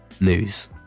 news